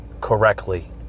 correctly